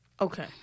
Okay